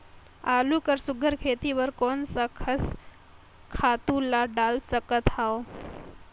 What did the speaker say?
आलू कर सुघ्घर खेती बर मैं कोन कस खातु ला डाल सकत हाव?